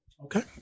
Okay